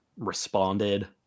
responded